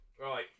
Right